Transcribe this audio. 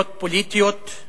הוא לא בדיוק אמר את